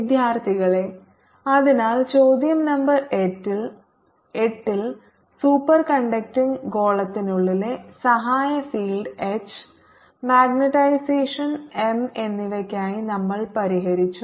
വിദ്യാർത്ഥികളെ അതിനാൽ ചോദ്യം നമ്പർ 8 ൽ സൂപ്പർകണ്ടക്റ്റിംഗ് ഗോളത്തിനുള്ളിലെ സഹായ ഫീൽഡ് എച്ച് മാഗ്നെറ്റിസഷൻ എം എന്നിവയ്ക്കായി നമ്മൾ പരിഹരിച്ചു